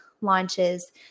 launches